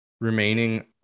remaining